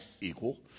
equal